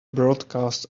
broadcast